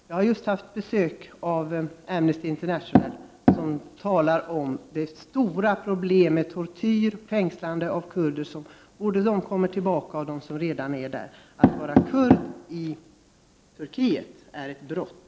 Jag har just haft besök från Amnesty International, där man talar om att det är stora problem med tortyr och fängslande av kurder — både av dem som kommer tillbaka till Turkiet och av dem som är kvar där. Att vara kurd i Turkiet är ett brott.